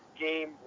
game